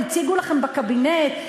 הציגו לכם בקבינט,